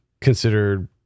considered